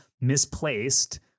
misplaced